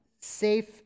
safe